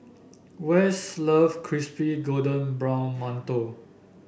Wess love Crispy Golden Brown Mantou